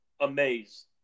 amazed